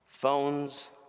Phones